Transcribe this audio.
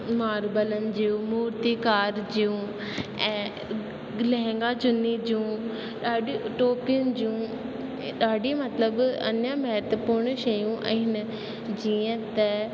मार्बलनि जूं मूर्तिकारु जूं ऐं लहंगा चुन्नी जूं ॾाढियूं टोपियुनि जूं ॾाढी मतिलबु अञा महत्वपूर्ण शयूं आहिनि जीअं त